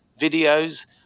videos